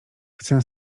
chcę